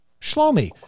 Shlomi